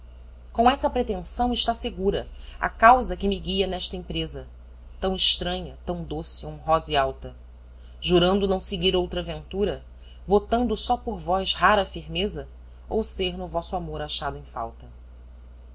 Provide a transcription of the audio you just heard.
com essa pretensão está segura a causa que me guia nesta empresa tão estranha tão doce honrosa e alta jurando não seguir outra ventura votando só por vós rara firmeza ou ser no vosso amor achado em falta